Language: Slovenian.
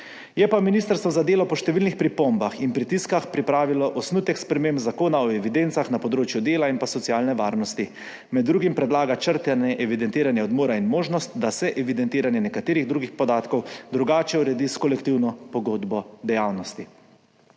Je pa ministrstvo za delo po številnih pripombah in pritiskih pripravilo osnutek sprememb Zakona o evidencah na področju dela in socialne varnosti, med drugim predlaga črtanje evidentiranja odmora in možnost, da se evidentiranje nekaterih drugih podatkov drugače uredi s kolektivno pogodbo dejavnosti.